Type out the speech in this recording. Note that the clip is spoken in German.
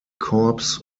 korps